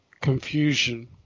confusion